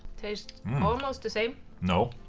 tastes almost the same no.